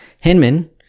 Hinman